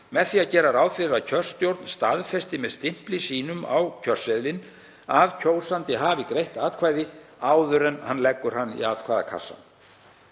með því að gera ráð fyrir að kjörstjórn staðfesti með stimpli sínum á kjörseðilinn að kjósandi hafi greitt atkvæði áður en hann leggur hann í atkvæðakassa.